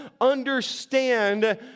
understand